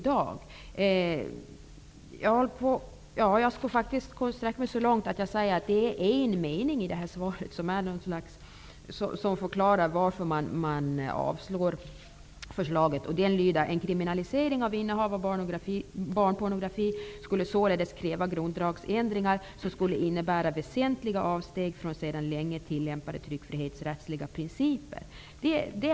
Jag skall sträcka mig så långt till att säga att det är en mening i svaret som förklarar varför förslaget avstyrks. Meningen lyder: ''En kriminalisering av innehav av barnpornografi skulle således kräva grundlagsändringar, som skulle innebära väsentliga avsteg från sedan länge tillämpade tryckfrihetsrättsliga principer.''